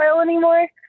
anymore